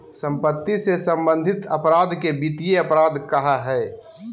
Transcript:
सम्पत्ति से सम्बन्धित अपराध के वित्तीय अपराध कहइ हइ